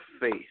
faith